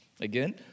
Again